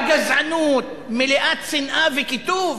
בגזענות מלאת שנאה וקיטוב,